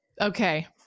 Okay